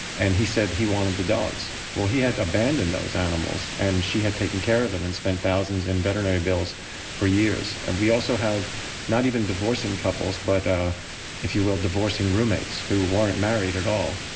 and he said he wanted the dogs. well he had abandoned those animals, and she had taken care of them and spent thousands in veterinary bills for years. and we also have not even divorcing couples, but if you will, divorcing room-mates, who weren't married at all,